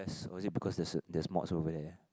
or was it because there is a there's mock over there